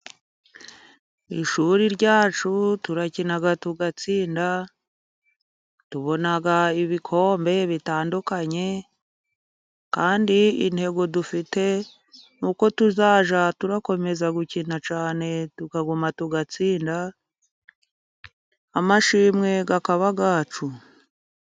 Ishuri ryacu turakinaga tugatsinda, tubonaga ibikombe bitandukanye, kandi intego dufite nuko tuza turakomeza gukina cane tukaguma tugatsinda, amashimwe gakaba gacu.